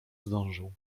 zdążył